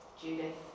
Judith